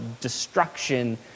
destruction